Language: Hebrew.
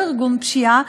לא ארגון פשיעה,